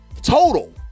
Total